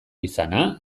izana